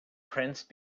prince